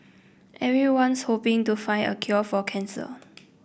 everyone's hoping to find a cure for cancer